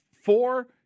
four